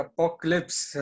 Apocalypse